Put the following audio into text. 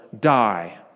die